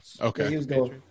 okay